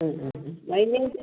ആ ആ മൈലേജ്